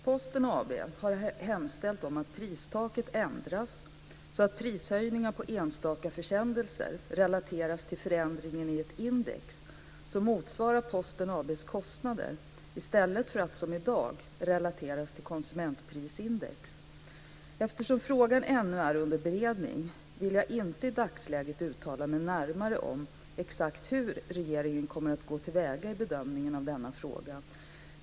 Posten AB har hemställt om att pristaket ändras så att prishöjningar på enstaka försändelser relateras till förändringen i ett index som motsvarar Posten AB:s kostnader i stället för att som i dag relateras till konsumentprisindex. Eftersom frågan ännu är under beredning vill jag inte i dagsläget uttala mig närmare om exakt hur regeringen kommer att gå till väga i bedömningen av denna fråga.